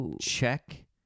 Check